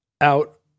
out